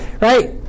Right